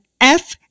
F-